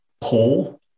pull